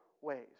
ways